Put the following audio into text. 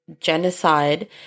genocide